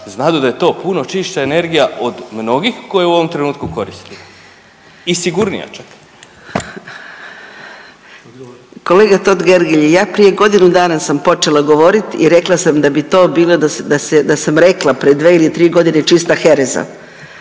znadu da je to puno čišća energija od mnogih koje u ovom trenutku koristimo i sigurnija čak? **Mrak-Taritaš, Anka (GLAS)** Kolega Totgergeli ja prije godinu dana sam počela govorit i rekla sam da bi to bilo da sam rekla pred dve ili tri godine čista hereza.